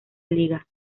liga